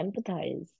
empathize